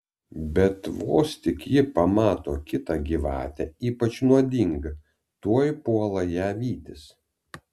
bet vos tik ji pamato kitą gyvatę ypač nuodingą tuoj puola ją vytis